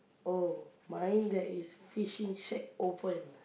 oh mine there is fishing shack open